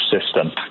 system